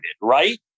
right